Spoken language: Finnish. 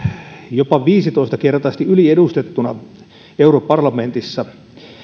jopa viisitoistakertaisesti yliedustettuna europarlamentissa